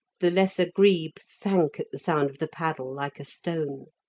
the lesser grebe sank at the sound of the paddle like a stone.